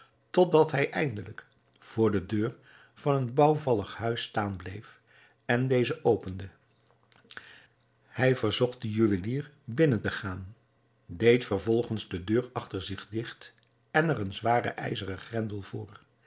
totdat hij eindelijk voor de deur van een bouwvallig huis staan bleef en deze opende hij verzocht den juwelier binnen te gaan deed vervolgens de deur achter zich digt en er een zwaren ijzeren grendel voor